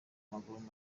maguru